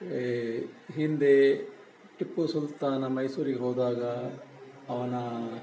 ಏ ಹಿಂದೇ ಟಿಪ್ಪು ಸುಲ್ತಾನ ಮೈಸೂರಿಗೆ ಹೋದಾಗ ಅವನ